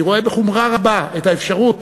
אני רואה בחומרה רבה את האפשרות